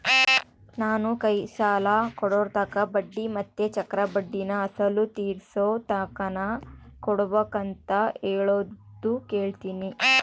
ನಾನು ಕೈ ಸಾಲ ಕೊಡೋರ್ತಾಕ ಬಡ್ಡಿ ಮತ್ತೆ ಚಕ್ರಬಡ್ಡಿನ ಅಸಲು ತೀರಿಸೋತಕನ ಕೊಡಬಕಂತ ಹೇಳೋದು ಕೇಳಿನಿ